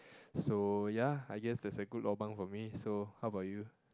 so ya I guess that's a good lobang for me so how about you